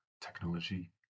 technology